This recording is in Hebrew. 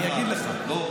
רק תגיד לי,